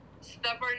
stubborn